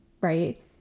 right